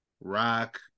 rock